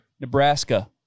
Nebraska